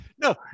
No